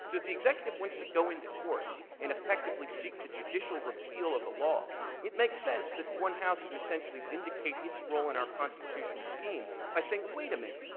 so if the executive wants to go into court and effectively seek the judicial repeal of a law, it makes sense that one house can essentially vindicate its role in our constitutional scheme by saying, wait a minute,